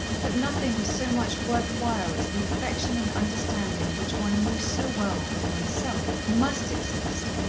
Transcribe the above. that nothing was so much worth while as the affection and understanding which one knew so well, from oneself, must exist,